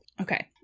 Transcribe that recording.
Okay